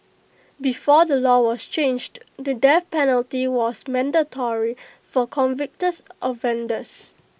before the law was changed the death penalty was mandatory for convicted offenders